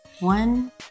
One